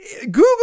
Google